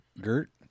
Gert